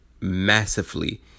massively